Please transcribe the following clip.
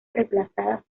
reemplazadas